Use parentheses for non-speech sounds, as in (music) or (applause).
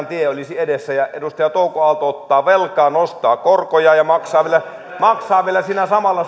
(unintelligible) tie olisi edessä edustaja touko aalto ottaa velkaa nostaa korkoja ja vielä maksaa siinä samalla